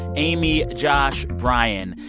amy, josh, brian,